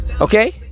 okay